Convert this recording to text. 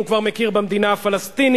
והוא כבר מכיר במדינה הפלסטינית.